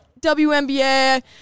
WNBA